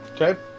okay